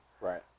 Right